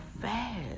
fast